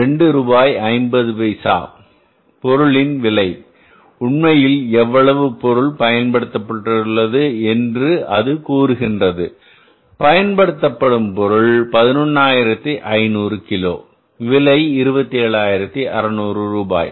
5 ரூபாய் பொருளின்விலையின்உண்மையில் எவ்வளவு பொருள் பயன்படுத்தப்பட்டுள்ளது என்று அது கூறுகிறது பயன்படுத்தப்படும் பொருள் 11 500 கிலோ விலை 27 600 ரூபாய்